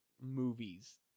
movies